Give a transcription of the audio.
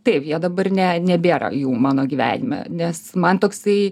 taip jie dabar ne nebėra jų mano gyvenime nes man toksai